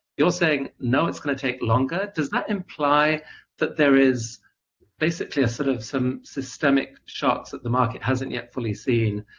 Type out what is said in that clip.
you're saying, no, it's going to take longer. does that imply that there is basically sort of some systemic shots that the market hasn't yet fully seen,